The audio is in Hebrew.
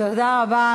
תודה רבה,